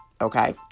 Okay